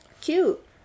cute